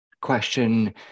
question